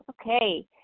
Okay